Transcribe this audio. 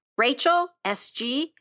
rachelsg